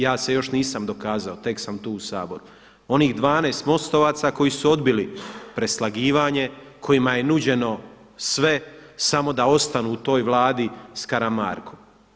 Ja se još nisam dokazao, tek sam tu u Saboru, onih 12 mostovaca koji su odbili preslagivanje kojima je nuđeno sve samo da ostanu u toj Vladi s Karamarkom.